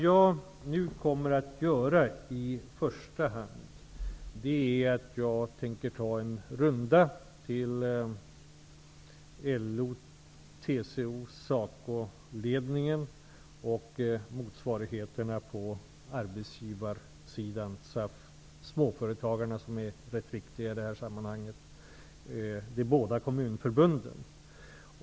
Jag tänker nu i första hand ta en runda till LO-, TCO och SACO-ledningarna och motsvarigheterna på arbetsgivarsidan -- SAF, småföretagarna, som är rätt viktiga i det här sammanhanget, och de båda kommunförbunden.